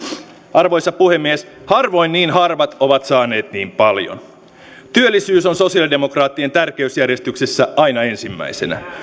arvoisa puhemies harvoin niin harvat ovat saaneet niin paljon työllisyys on sosialidemokraattien tärkeysjärjestyksessä aina ensimmäisenä